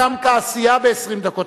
את הקמת חברות, את הקמת תעשייה ב-20 דקות.